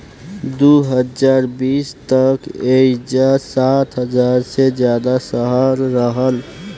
दू हज़ार बीस तक एइजा सात हज़ार से ज्यादा शहर रहल